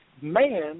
man